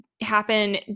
happen